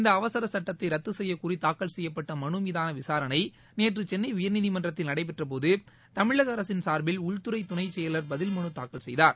இந்த அவசரச் சுட்டத்தை ரத்து செய்யக்கோரி தாக்கல் செய்யப்பட்ட மனுமீதான விசாரணை சென்னை உயர்நீதிமன்றத்தில் நேற்று நடைபெற்ற போது தமிழக அரசின் சார்பில் உள்துறை துணைச் செயலர் பதில் மனு தாக்கல்செய்தார்